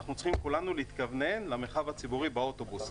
אנחנו צריכים כולנו להתכוונן למרחב הציבורי באוטובוס,